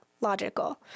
logical